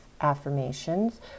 affirmations